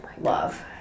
Love